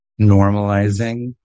normalizing